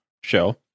show